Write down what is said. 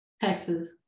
Texas